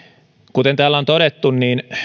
kuten täällä on todettu